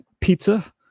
pizza